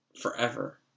forever